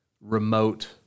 remote